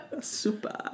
super